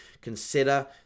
consider